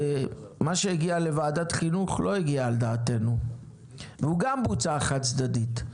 מה שהגיע לוועדת חינוך לא הגיע על דעתנו והוא גם בוצע חד צדדית,